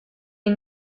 les